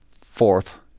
fourth